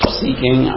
seeking